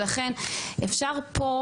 ולכן אפשר פה,